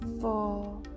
Four